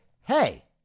hey